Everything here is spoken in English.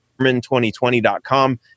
Berman2020.com